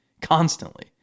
constantly